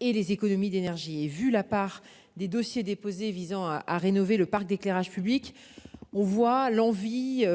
et les économies d'énergie et vu la part des dossiers déposés visant à rénover le parc d'éclairage public. On voit l'envie.